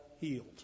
healed